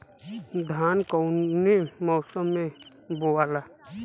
धान कौने मौसम मे बोआला?